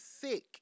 sick